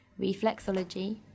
Reflexology